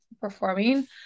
performing